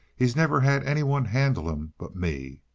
he's never had any one handle him but me.